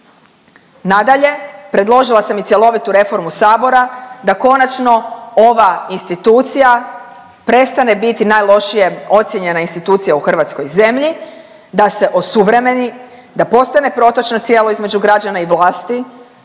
Nadalje, predložila sam i cjelovitu reformu Sabora da konačno ova institucija prestane biti najlošije ocijenjena institucija u hrvatskoj zemlji, da se osuvremeni, da postane protočna cijela između građana i vlasti,